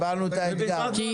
קיבלנו את העמדה.